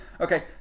Okay